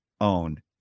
own